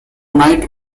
knight